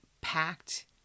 packed